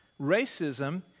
racism